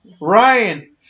Ryan